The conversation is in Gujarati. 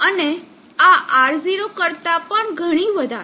અને આ R0 કરતા પણ ઘણી વધારે